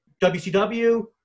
WCW